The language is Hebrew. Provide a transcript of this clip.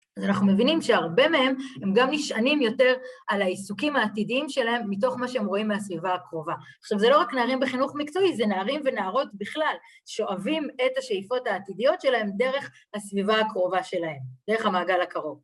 אז אנחנו מבינים שהרבה מהם, הם גם נשענים יותר על העיסוקים העתידיים שלהם מתוך מה שהם רואים מהסביבה הקרובה עכשיו זה לא רק נערים בחינוך מקצועי, זה נערים ונערות בכלל שואבים את השאיפות העתידיות שלהם דרך הסביבה הקרובה שלהם דרך המעגל הקרוב